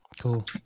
Cool